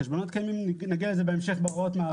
חשבונות קיימים, נגיע לזה בהמשך בהוראות מעבר.